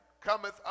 cometh